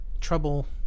trouble